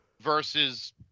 versus